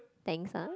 thanks ah